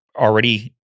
already